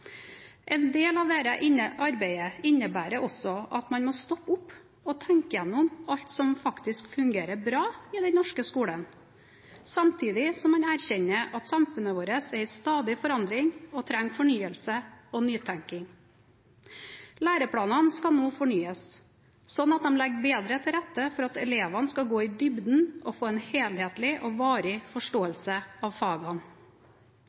En del av dette arbeidet innebærer også at man må stoppe opp og tenke gjennom alt som faktisk fungerer bra i den norske skolen, samtidig som man erkjenner at samfunnet vårt er i stadig forandring og trenger fornyelse og nytenkning. Læreplanene skal nå fornyes, sånn at de legger bedre til rette for at elevene skal gå i dybden og få en helhetlig og varig forståelse av fagene.